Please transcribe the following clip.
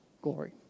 glory